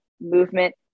movement